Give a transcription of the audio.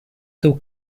tył